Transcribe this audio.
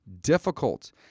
difficult